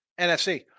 NFC